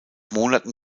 monaten